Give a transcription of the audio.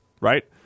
right